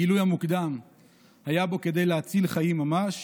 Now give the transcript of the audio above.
הגילוי המוקדם היה בו כדי להציל חיים ממש.